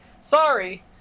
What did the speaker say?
Sorry